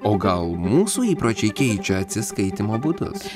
o gal mūsų įpročiai keičia atsiskaitymo būdus